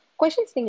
questions